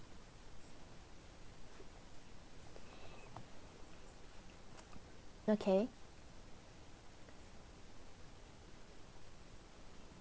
okay